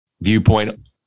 viewpoint